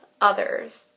others